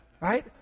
Right